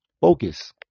focus